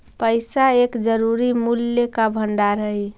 पैसा एक जरूरी मूल्य का भंडार हई